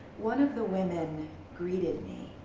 one of the women greeted me.